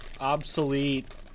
obsolete